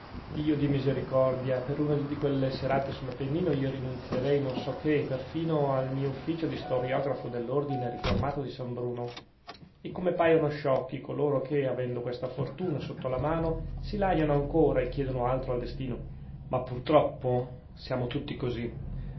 dio di misericordia per una di quelle serate sull'appennino io rinunzierei non so che perfino il mio ufficio di storiografo dell'ordine riformato di san bruno e come paiono sciocchi coloro che avendo questa fortuna sotto la mano si lagnano ancora e chiedono altro al destino ma pur troppo siamo tutti così